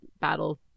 battle